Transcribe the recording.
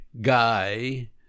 guy